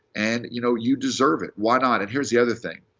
and you know you deserve it. why not? and here's the other thing.